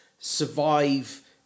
survive